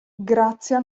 grazia